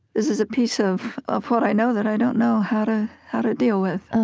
this is a piece of of what i know that i don't know how to how to deal with. ah